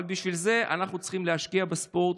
אבל בשביל זה אנחנו צריכים להשקיע בספורט,